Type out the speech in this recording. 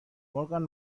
مورگان